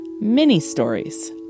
mini-stories